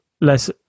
less